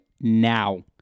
now